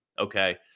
okay